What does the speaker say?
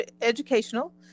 educational